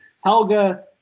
helga